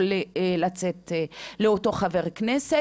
יכולים לצאת לאותו חבר כנסת.